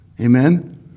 Amen